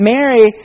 Mary